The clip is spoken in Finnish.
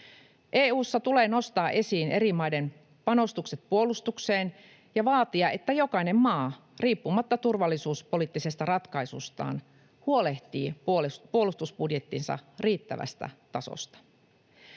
EU:ssa tulee nostaa esiin eri maiden panostukset puolustukseen ja vaatia, että jokainen maa — riippumatta turvallisuuspoliittisesta ratkaisustaan — huolehtii puolustusbudjettinsa riittävästä tasosta.